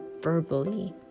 verbally